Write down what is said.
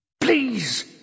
Please